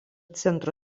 centro